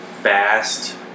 fast